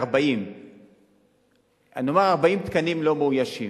40. נאמר 40 תקנים לא מאוישים.